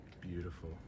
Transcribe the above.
Beautiful